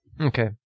Okay